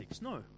No